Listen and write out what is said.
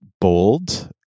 bold